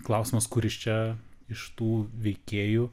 klausimas kuris čia iš tų veikėjų